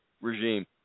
regime